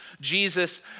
Jesus